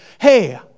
Hey